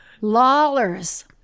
Lawlers